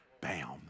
bam